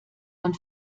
man